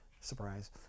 Surprise